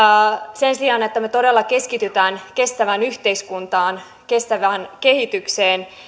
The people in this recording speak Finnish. sen sijaan että me todella keskittyisimme kestävään yhteiskuntaan kestävään kehitykseen